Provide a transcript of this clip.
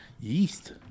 yeast